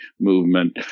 movement